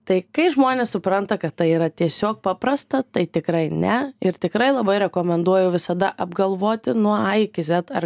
tai kai žmonės supranta kad tai yra tiesiog paprasta tai tikrai ne ir tikrai labai rekomenduoju visada apgalvoti nuo a iki zet ar